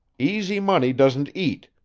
easy money doesn't eat.